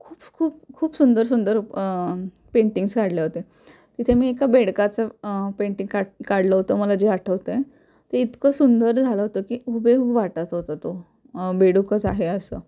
खूप खूप खूप सुंदर सुंदर पेंटिंग्स काढले होते तिथे मी एका बेडकाचं पेंटिंग काट काढलं होतं मला जे आठवतं आहे ते इतकं सुंदर झालं होतं की हुबेहूब वाटत होता तो बेडूकच आहे असं